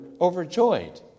overjoyed